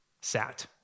sat